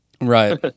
Right